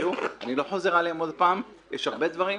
אני לא חוזר עליהן פעם נוספת, יש הרבה דברים.